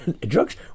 Drugs